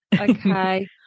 Okay